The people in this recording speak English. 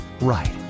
right